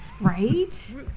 Right